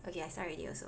okay I start already also